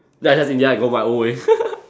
then I just in the end I go my own way